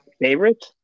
Favorite